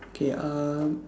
K uh